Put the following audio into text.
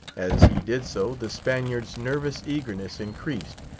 as he did so, the spaniard's nervous eagerness increased,